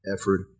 effort